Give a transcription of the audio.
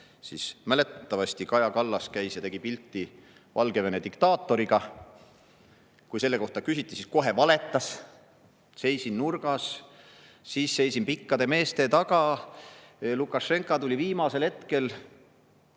Mäletatavasti Kaja Kallas käis ja tegi pilti Valgevene diktaatoriga. Kui selle kohta küsiti, siis ta kohe valetas: seisin nurgas, siis seisin pikkade meeste taga, Lukašenka tuli viimasel hetkel.